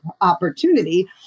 opportunity